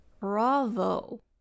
bravo